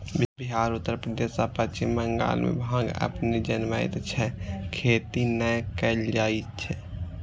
बिहार, उत्तर प्रदेश आ पश्चिम बंगाल मे भांग अपने जनमैत छै, खेती नै कैल जाए छै